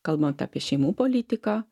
kalbant apie šeimų politiką